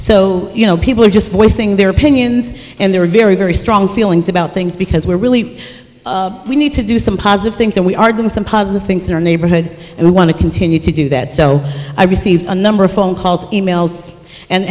so you know people are just voicing their opinions and they're very very strong feelings about things because we're really we need to do some positive things and we are doing some positive things in our neighborhood and we want to continue to do that so i received a number of phone calls emails and